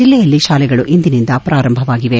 ಜಲ್ಲೆಯಲ್ಲಿ ಶಾಲೆಗಳು ಇಂದಿನಿಂದ ಪ್ರಾರಂಭವಾಗಿವೆ